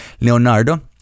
Leonardo